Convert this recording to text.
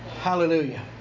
Hallelujah